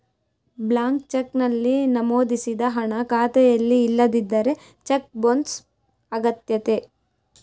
blank cheque ನಲ್ಲಿ ನಮೋದಿಸಿದ ಹಣ ಖಾತೆಯಲ್ಲಿ ಇಲ್ಲದಿದ್ದರೆ ಚೆಕ್ ಬೊನ್ಸ್ ಅಗತ್ಯತೆ